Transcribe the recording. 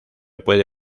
puede